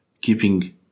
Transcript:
keeping